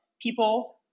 people